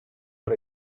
are